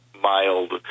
mild